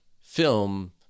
film